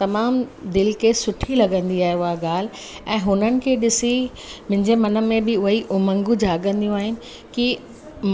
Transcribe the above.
तमामु दिलि खे सुठी लॻंदी आहे उहा ॻाल्हि ऐं हुननि खे ॾिसी मुंहिंजे मन में बि उहा ई उमंग जगंदियू आहिनि कि